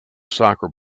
soccer